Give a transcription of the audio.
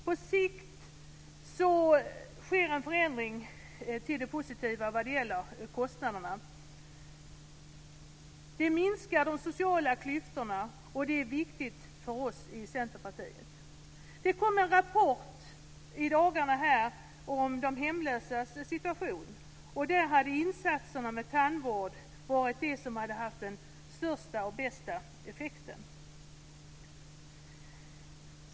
På sikt sker en förändring till det positiva vad gäller kostnaderna. Det minskar de sociala klyftorna, och det är viktigt för oss i Centerpartiet. Det kom en rapport i dagarna om de hemlösas situation. För dem hade tandvårdsinsatserna varit det som hade haft den största och bästa effekten.